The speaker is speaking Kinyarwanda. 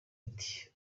ati